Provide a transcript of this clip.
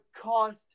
cost